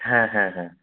হ্যাঁ হ্যাঁ হ্যাঁ